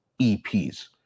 EPs